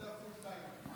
עבודה full time.